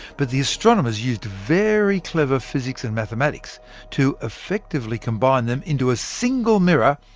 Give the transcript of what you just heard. but the astronomers used very clever physics and mathematics to effectively combine them into a single mirror,